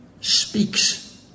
speaks